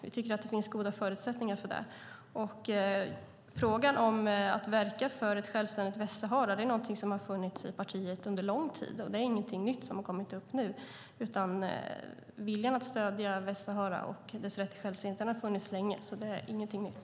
Vi tycker att det finns goda förutsättningar för det. Frågan om att verka för ett självständigt Västsahara är någonting som har funnits i partiet under lång tid. Det är ingenting nytt som har kommit upp nu. Viljan att stöda Västsahara och dess rätt till självständighet har funnits länge. Det är ingenting nytt.